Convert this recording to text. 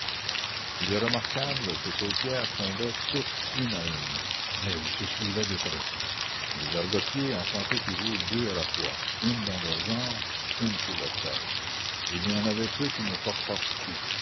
il est remarquable que ces pierres tombaient toutes une à une mais elles se suivaient de près les argotiers en sentaient toujours deux à la fois une dans leurs jambes une sur leurs têtes il y en avait peu qui ne portassent coup